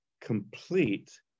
complete